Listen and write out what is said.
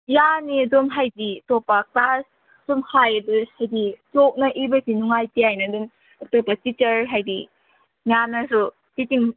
ꯌꯥꯅꯤ ꯑꯗꯨꯝ ꯍꯥꯏꯗꯤ ꯑꯇꯣꯞꯄ ꯀ꯭ꯂꯥꯁ ꯁꯨꯝ ꯍꯥꯏꯗꯤ ꯆꯣꯛꯅ ꯏꯕꯁꯤ ꯅꯨꯡꯉꯥꯏꯇꯦ ꯍꯥꯏꯅ ꯑꯗꯨꯝ ꯑꯇꯣꯞꯄ ꯇꯤꯆꯔ ꯍꯥꯏꯗꯤ ꯃꯌꯥꯝꯅꯁꯨ ꯇꯤꯆꯤꯡ